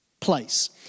place